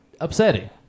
upsetting